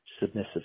submissive